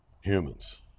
humans